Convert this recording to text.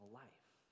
life